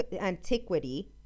antiquity